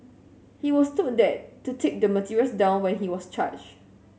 he was told that to take the materials down when he was charged